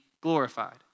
glorified